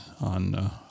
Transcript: on